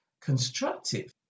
constructive